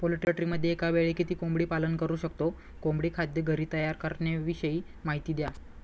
पोल्ट्रीमध्ये एकावेळी किती कोंबडी पालन करु शकतो? कोंबडी खाद्य घरी तयार करण्याविषयी माहिती द्या